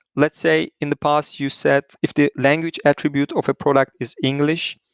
let's say in the past you said if the language attribute of a product is english,